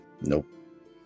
Nope